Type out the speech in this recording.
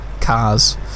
cars